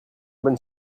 bonne